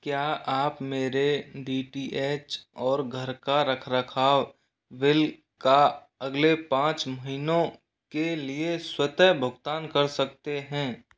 क्या आप मेरे डी टी एच और घर का रखरखाव बिल का अगले पाँच महीनों के लिए स्वतः भुगतान कर सकते हैं